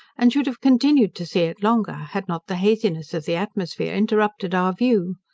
and should have continued to see it longer, had not the haziness of the atmosphere interrupted our view.